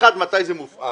האחת, מתי זה מופעל,